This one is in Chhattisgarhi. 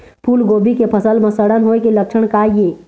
फूलगोभी के फसल म सड़न होय के लक्षण का ये?